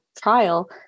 trial